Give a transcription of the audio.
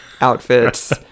outfits